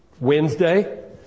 Wednesday